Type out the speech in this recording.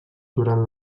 durant